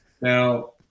Now